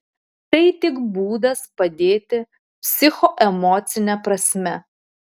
tai tik būdas padėti psichoemocine prasme